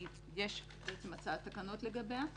יש הצעת תקנות לגביה,